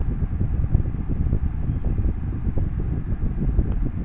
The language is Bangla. কোন কোন সামাজিক প্রকল্প দ্বারা আমি উপকৃত হতে পারি?